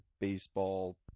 baseball